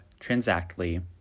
Transactly